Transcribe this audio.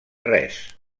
res